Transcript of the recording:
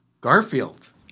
Garfield